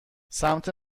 سمت